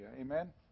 Amen